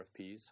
RFPs